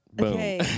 Okay